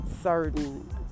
certain